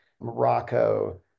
Morocco